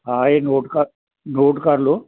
ਹਾਂ ਇਹ ਨੋਟ ਕਰ ਨੋਟ ਕਰ ਲਓ